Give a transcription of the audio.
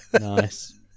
Nice